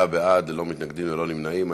שישה בעד, ללא מתנגדים וללא נמנעים.